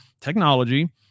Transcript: technology